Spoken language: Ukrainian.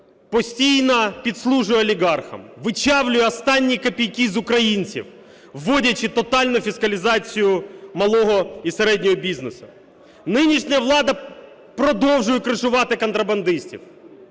Постійно підслужує олігархам, вичавлює останні копійки з українців, вводячи тотальну фіскалізацію малого і середнього бізнесу. Нинішня влада продовжує "кришувати" контрабандистів.